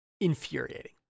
infuriating